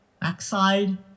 backside